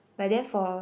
but then for